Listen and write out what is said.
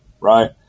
Right